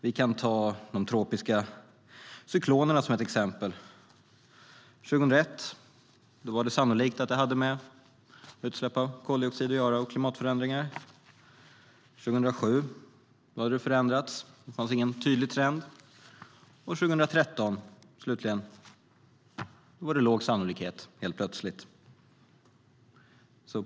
Vi kan ta de tropiska cyklonerna som ett exempel. År 2001 var det sannolikt att de hade med utsläpp av koldioxid och klimatförändringar att göra. År 2007 hade det förändrats; det fanns ingen tydlig trend. År 2013 var det helt plötsligt låg sannolikhet.